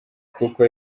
kuko